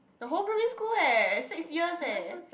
the whole primary eh six years eh